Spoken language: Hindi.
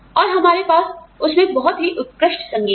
और हमारे पास उसमें बहुत ही उत्कृष्टसंगीत है